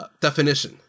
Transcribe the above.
definition